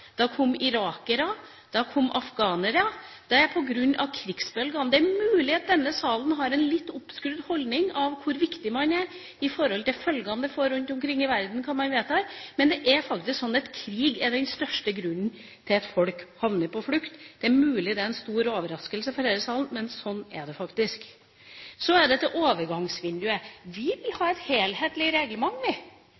kom irakere, da kom afghanere. Det er på grunn av krigsbølgene. Det er mulig at denne salen har en litt oppskrudd holdning av hvor viktig man er i forhold til følgene det får rundt omkring i verden av det man vedtar. Men det er faktisk sånn at krig er den største grunnen til at folk havner på flukt. Det er mulig det er en stor overraskelse for denne salen, men sånn er det faktisk. Så til overgangsvinduet. Vi vil ha